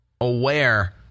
aware